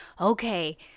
okay